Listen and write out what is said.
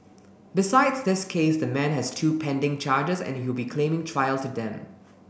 besides this case the man has two pending charges and he will be claiming trial to them